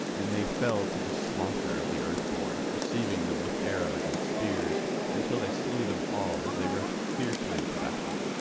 and they fell to the slaughter of the earthborn, receiving them with arrows and spears until they slew them all as they rushed fiercely to battle.